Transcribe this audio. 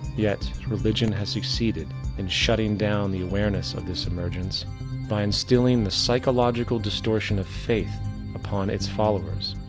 yet, religion has succeeded in shutting down the awareness of this emergence by instilling the psychological distortion of faith upon it's followers.